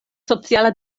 sociala